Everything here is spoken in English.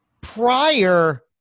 Prior